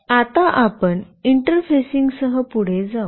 आता आपण इंटरफेसिंगसह पुढे जाऊ